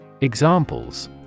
Examples